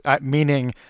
meaning